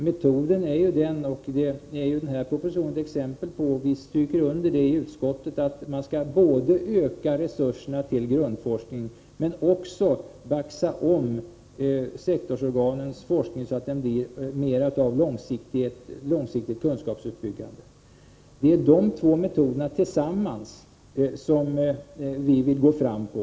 Metoden är att både öka resurserna till grundforskningen och baxa om sektorsorganens forskning så att det blir mer av långsiktigt kunskapsuppbyggande. Den här propositionen är ett exempel på denna metod, och vi stryker i utskottet under att det är dessa två åtgärder tillsammans som vi vill gå fram med.